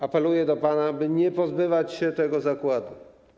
Apeluję do pana, by nie pozbywać się tego zakładu.